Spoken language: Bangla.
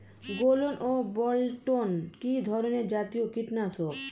গোলন ও বলটন কি ধরনে জাতীয় কীটনাশক?